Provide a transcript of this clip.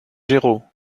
géraud